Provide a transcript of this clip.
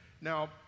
Now